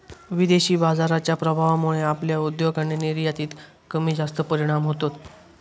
विदेशी बाजाराच्या प्रभावामुळे आपल्या उद्योग आणि निर्यातीत कमीजास्त परिणाम होतत